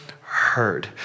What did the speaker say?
heard